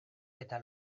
eta